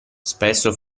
spesso